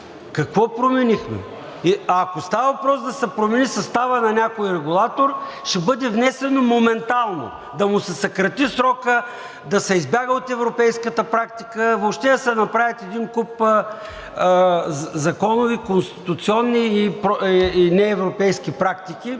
Какво променихме? Ако става въпрос да се промени съставът на някой регулатор, ще бъде внесено моментално – да му се съкрати срокът, да се избяга от европейската практика, въобще да се направят един куп законови, конституционни и неевропейски практики,